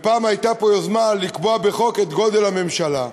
ופעם הייתה פה יוזמה לקבוע בחוק את גודל הממשלה,